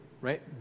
right